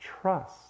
trust